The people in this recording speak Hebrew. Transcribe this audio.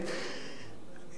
בעלי התקשורת,